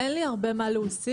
אין לי הרבה להוסיף.